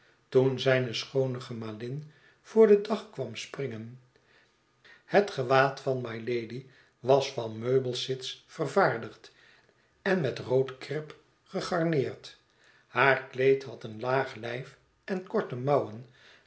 toen zijne schoone gemalin voor den dag kwam springen het gewaad van mylady was van meubelsits vervaardigd en met rood krip gegarneerd haar kleed had een laag lijf en korte mouwen